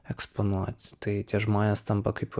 eksponuot tai tie žmonės tampa kaip